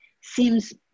seems